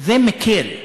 זה מקל.